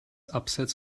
abseits